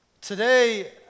Today